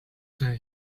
day